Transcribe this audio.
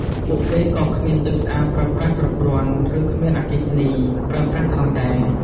ពួកគេក៏គ្មានទឹកស្អាតប្រើប្រាស់គ្រប់គ្រាន់ ឬ គ្មានអគ្គិសនី ប្រើប្រាស់ផងដែរ។